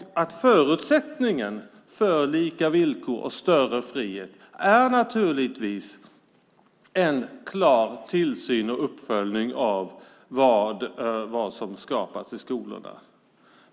Förutsättningen för lika villkor och större frihet är naturligtvis en klar tillsyn och uppföljning av vad som skapas i skolorna.